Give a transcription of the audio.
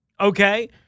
okay